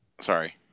sorry